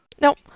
Nope